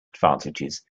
advantages